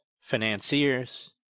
financiers